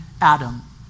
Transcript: Adam